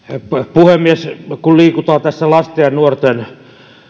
puhemies kun liikutaan lasten ja nuorten